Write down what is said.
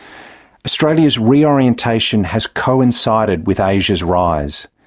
australia's reorientation has coincided with asia's rise.